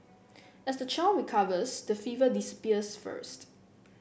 as the child recovers the fever disappears first